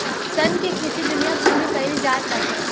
सन के खेती दुनिया भर में कईल जात बाटे